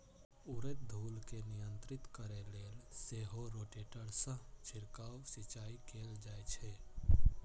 उड़ैत धूल कें नियंत्रित करै लेल सेहो रोटेटर सं छिड़काव सिंचाइ कैल जाइ छै